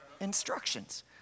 instructions